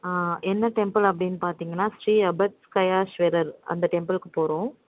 ஆ என்ன டெம்பிள் அப்படின்னு பார்த்தீங்கன்னா ஸ்ரீ அபத்சகாயேஸ்வரர் அந்த டெம்பிளுக்கு போகிறோம்